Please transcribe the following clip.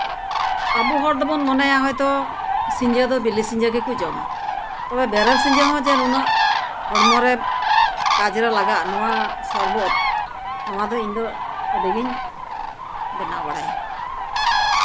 ᱟᱵᱚ ᱦᱚᱲ ᱫᱚᱵᱚᱱ ᱢᱚᱱᱮᱭᱟ ᱥᱤᱸᱡᱳ ᱫᱚ ᱵᱤᱞᱤ ᱥᱤᱸᱡᱳ ᱜᱮᱠᱚ ᱡᱚᱢᱟ ᱛᱚᱵᱮ ᱵᱮᱨᱮᱞ ᱥᱤᱸᱡᱳ ᱦᱚᱡᱮ ᱱᱩᱱᱟᱹᱜ ᱦᱚᱲᱢᱚᱨᱮ ᱠᱟᱡᱽᱨᱮ ᱞᱟᱜᱟᱜᱼᱟ ᱱᱚᱣᱟ ᱥᱚᱨᱵᱚᱛ ᱱᱚᱣᱟ ᱫᱚ ᱤᱧᱫᱚ ᱟᱹᱰᱤ ᱜᱤᱧ ᱵᱮᱱᱟᱣ ᱵᱟᱲᱟᱭᱟ